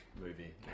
movie